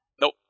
Nope